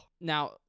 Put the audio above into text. now